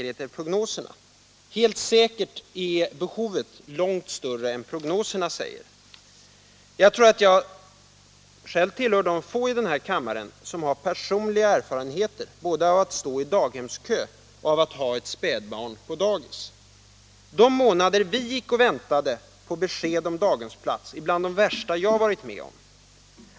Helt säkert är behovet långt större än prognoserna anger. Jag tror att jag tillhör de få här i kammaren som har personliga erfarenheter både av att stå i daghemskö och av aått ha ett spädbarn på dagis. De månader vi gick och väntade på besked om daghemsplats är bland de värsta jag varit med om.